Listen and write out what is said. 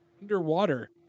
Underwater